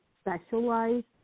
specialized